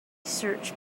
search